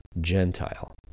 Gentile